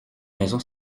maison